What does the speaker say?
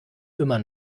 immer